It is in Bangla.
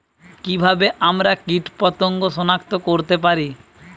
কিভাবে আমরা কীটপতঙ্গ সনাক্ত করতে পারি?